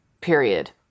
Period